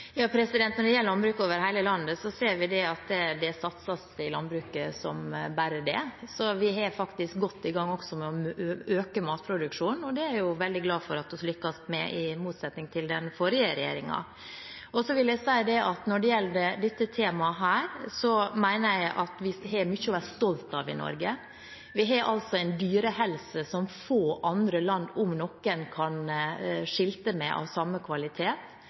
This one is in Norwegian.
Når det gjelder landbruk over hele landet, ser vi at det satses i landbruket som bare det. Vi er faktisk godt i gang med å øke matproduksjonen, og det er jeg veldig glad for at vi lykkes med, i motsetning til den forrige regjeringen. Så vil jeg si at når det gjelder dette temaet, mener jeg at vi har mye å være stolt av i Norge. Vi har en dyrehelse av en kvalitet som få andre land – om noen – kan skilte med. Det er noe som vi fortsatt skal ha. Da er jeg opptatt av